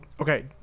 Okay